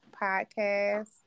podcast